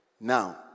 now